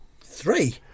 Three